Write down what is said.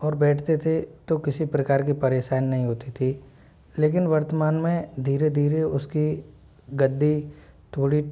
और बैठते तो किसी प्रकार की परेशानी नहीं होती थी लेकिन वर्तमान में धीरे धीरे उसकी गद्दी थोड़ी